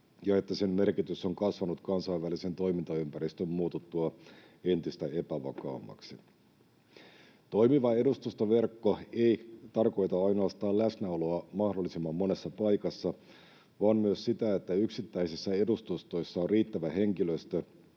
ja että sen merkitys on kasvanut kansainvälisen toimintaympäristön muututtua entistä epävakaammaksi. Toimiva edustustoverkko ei tarkoita ainoastaan läsnäoloa mahdollisimman monessa paikassa vaan myös sitä, että yksittäisissä edustustoissa on riittävä henkilöstö